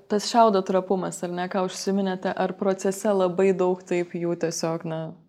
tas šiaudo trapumas ar ne ką užsiminėte ar procese labai daug taip jų tiesiog na